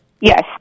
Yes